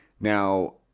Now